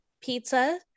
pizza